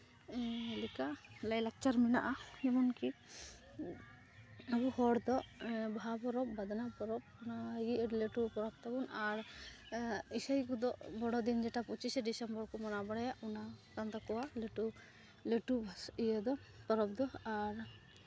ᱞᱮᱠᱟ ᱞᱟᱭᱼᱞᱟᱠᱪᱟᱨ ᱢᱮᱱᱟᱜᱼᱟ ᱮᱢᱚᱱᱠᱤ ᱟᱵᱚ ᱦᱚᱲᱫᱚ ᱵᱟᱦᱟ ᱯᱚᱨᱚᱵᱽ ᱵᱟᱸᱫᱽᱱᱟ ᱯᱚᱨᱚᱵᱽ ᱚᱱᱟᱜᱮ ᱟᱹᱰᱤ ᱞᱟᱹᱴᱩ ᱯᱚᱨᱚᱵᱽ ᱛᱟᱵᱚᱱ ᱟᱨ ᱤᱥᱟᱹᱭ ᱠᱚᱫᱚ ᱵᱚᱲᱚ ᱫᱤᱱ ᱡᱮᱴᱟ ᱠᱚ ᱯᱚᱸᱪᱤᱥᱮ ᱰᱤᱥᱮᱢᱵᱚᱨ ᱠᱚ ᱢᱟᱱᱟᱣ ᱵᱟᱲᱟᱭᱟ ᱚᱱᱟ ᱠᱟᱱ ᱛᱟᱠᱚᱣᱟ ᱞᱟᱹᱴᱩ ᱞᱟᱹᱴᱩ ᱤᱭᱟᱹ ᱫᱚ ᱯᱚᱨᱚᱵᱽ ᱫᱚ ᱟᱨ